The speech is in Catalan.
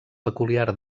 peculiar